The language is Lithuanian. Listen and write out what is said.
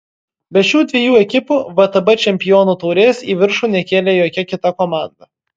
be šių dviejų ekipų vtb čempionų taurės į viršų nekėlė jokia kita komanda